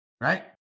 right